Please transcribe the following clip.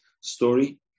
story